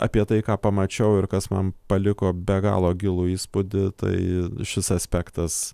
apie tai ką pamačiau ir kas man paliko be galo gilų įspūdį tai šis aspektas